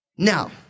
Now